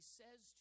says